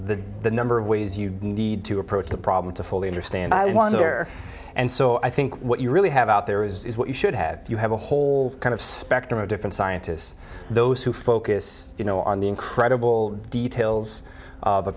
the number of ways you need to approach the problem to fully understand i was there and so i think what you really have out there is what you should have you have a whole kind of spectrum of different scientists those who focus you know on the incredible details of a